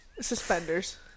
Suspenders